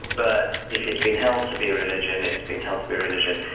but if it's been held to be a religion, it's been held to be a religion.